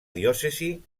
diòcesi